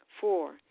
Four